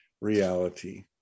reality